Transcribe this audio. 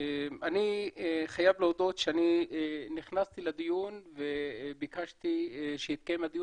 אני חייב להודות שאני נכנסתי לדיון וביקשתי שיתקיים הדיון